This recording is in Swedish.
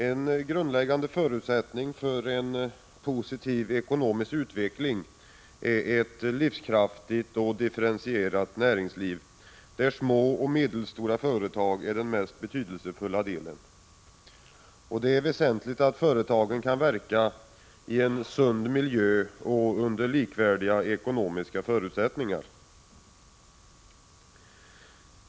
Herr talman! En grundläggande förutsättning för en positiv ekonomisk utveckling är ett livskraftigt och differentierat näringsliv, där små och medelstora företag är den mest betydelsefulla delen. Det är väsentligt att företagen kan verka i en sund miljö och under likvärdiga ekonomiska förutsättningar.